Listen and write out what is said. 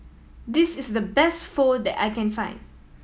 this is the best Pho that I can find